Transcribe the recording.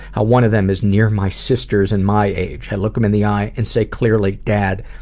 how one of them is near my sisters and my age. i look him in the eye and say clearly dad,